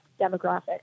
demographic